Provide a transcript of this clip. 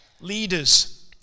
leaders